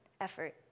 effort